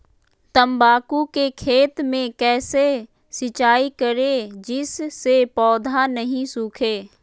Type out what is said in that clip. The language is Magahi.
तम्बाकू के खेत मे कैसे सिंचाई करें जिस से पौधा नहीं सूखे?